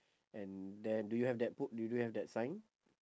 and then do you have that po~ do do you have that sign